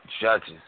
judges